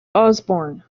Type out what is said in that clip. osborne